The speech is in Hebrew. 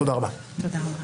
תודה רבה.